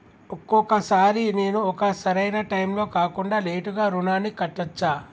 ఒక్కొక సారి నేను ఒక సరైనా టైంలో కాకుండా లేటుగా రుణాన్ని కట్టచ్చా?